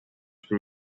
что